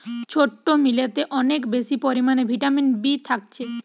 ছোট্ট মিলেতে অনেক বেশি পরিমাণে ভিটামিন বি থাকছে